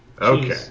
Okay